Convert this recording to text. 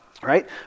right